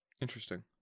interesting